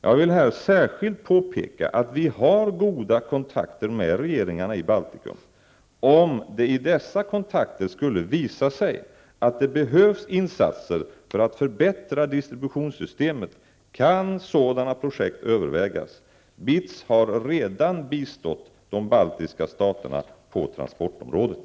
Jag vill här särskilt påpeka att vi har goda kontakter med regeringarna i Baltikum. Om det i dessa kontakter skulle visa sig att det behövs insatser för att förbättra distributionssystemet kan sådana projekt övervägas. BITS har redan bistått de baltiska staterna på transportområdet.